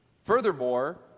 Furthermore